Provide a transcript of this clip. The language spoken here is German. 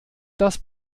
das